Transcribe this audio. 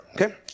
okay